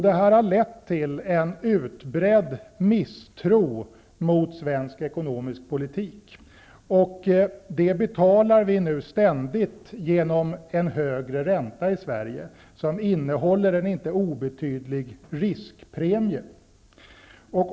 Det här har lett till en utbredd misstro mot svensk ekonomisk politik. Det betalar vi nu ständigt för genom en högre ränta i Sverige, som innehåller en inte obetydlig riskpremie.